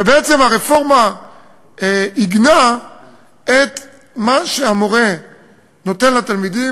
ובעצם הרפורמה עיגנה את מה שהמורה נותן לתלמידים.